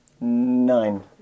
Nine